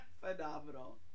Phenomenal